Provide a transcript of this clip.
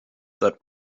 that